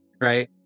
right